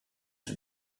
for